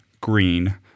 green